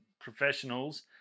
professionals